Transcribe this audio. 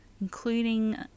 including